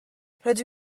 rydw